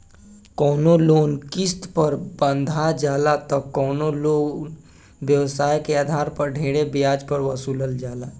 कवनो लोन किस्त पर बंधा जाला त कवनो लोन व्यवसाय के आधार पर ढेरे ब्याज पर वसूलल जाला